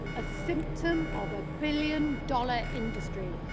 a symptom of a billion dollar industry,